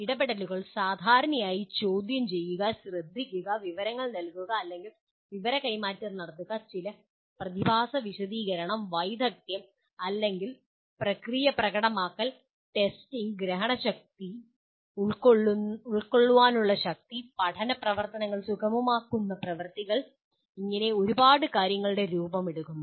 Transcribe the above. ഇടപെടലുകൾ സാധാരണയായി ചോദ്യംചെയ്യുക ശ്രദ്ധിക്കുക വിവരങ്ങൾ നൽകുക അല്ലെങ്കിൽ വിവര കൈമാറ്റം നടത്തുക ചില പ്രതിഭാസ വിശദീകരണം വൈദഗ്ധ്യം അല്ലെങ്കിൽ പ്രക്രിയ പ്രകടമാക്കൽ ടെസ്റ്റിംഗ് ഗ്രഹണശക്തി ഉൾകൊള്ളാനുള്ള ശക്തി പഠന പ്രവർത്തനങ്ങൾ സുഗമമാക്കുന്ന പ്രവർത്തികൾ ഇങ്ങനെ ഒരുപാട് കാരൃങ്ങുളടെ രൂപം എടുക്കുന്നു